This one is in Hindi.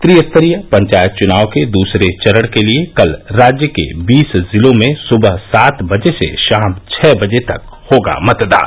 त्रिस्तरीय पंचायत चुनाव के दूसरे चरण के लिये कल राज्य के बीस जिलों में सुबह सात बजे से शाम छः बजे तक होगा मतदान